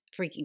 freaking